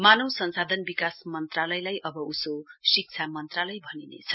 मानव संसाधन विकास मन्त्रालयलाई अब उसो शिक्षा मन्त्रालय भनिनेछ